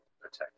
protect